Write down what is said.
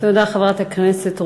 תודה, חברת הכנסת רוזין.